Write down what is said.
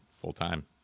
full-time